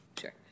sure